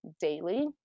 daily